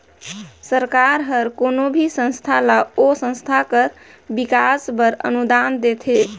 सरकार हर कोनो भी संस्था ल ओ संस्था कर बिकास बर अनुदान देथे